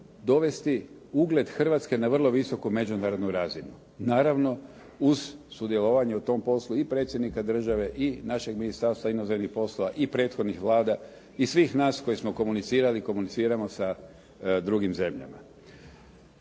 dovesti ugled Hrvatske na vrlo visoku međunarodnu razinu, naravno uz sudjelovanje u tom poslu i Predsjednika države i našeg Ministarstva inozemnih poslova i prethodnih vlada i svih nas koji smo komunicirali i komuniciramo sa drugim zemljama.